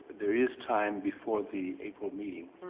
there is time before the april meeting,